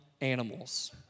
animals